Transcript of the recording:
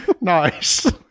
Nice